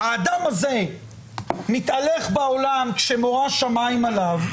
האדם הזה מתהלך בעולם כשמורא שמיים עליו,